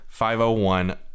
501